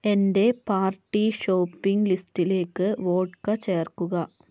എന്റെ party shopping ലിസ്റ്റിലേക്ക് vodka ചേർക്കുക